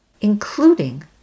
including